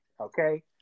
okay